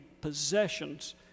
possessions